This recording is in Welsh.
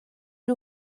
nhw